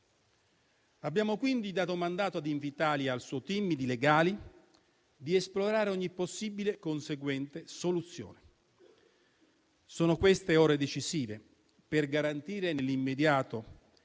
Abbiamo quindi dato mandato ad Invitalia e al suo *team* di legali di esplorare ogni possibile conseguente soluzione. Sono queste ore decisive per garantire nell'immediato,